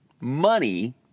Money